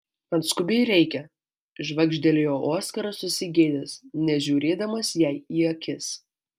man skubiai reikia švagždėjo oskaras susigėdęs nežiūrėdamas jai į akis